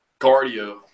Cardio